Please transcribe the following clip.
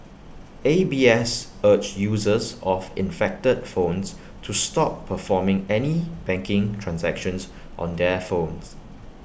A B S urged users of infected phones to stop performing any banking transactions on their phones